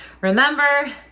remember